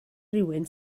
rywun